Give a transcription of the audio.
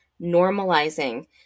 normalizing